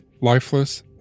lifeless